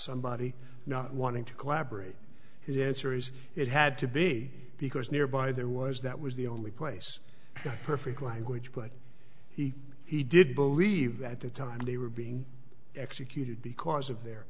somebody not wanting to collaborate he answers it had to be because nearby there was that was the only place perfect language but he he did believe that the time they were being executed because of their